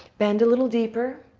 bend a little deeper.